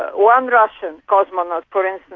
one russian cosmonaut, for instance,